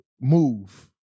move